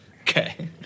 Okay